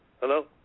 hello